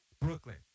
Brooklyn